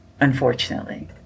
unfortunately